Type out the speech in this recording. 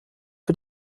für